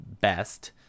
best